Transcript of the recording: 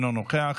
אינו נוכח,